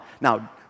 Now